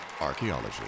archaeology